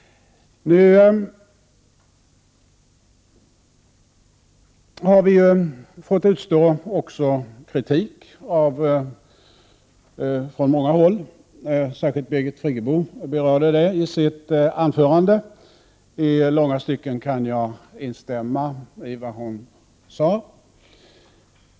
Vi i konstitutionsutskottet har även fått utstå kritik från många håll. Särskilt Birgit Friggebo berörde det i sitt anförande. I långa stycken kan jag instämma i vad Birgit Friggebo sade.